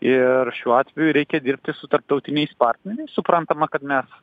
ir šiuo atveju reikia dirbti su tarptautiniais partneriais suprantama kad mes